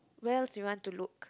where else you want to look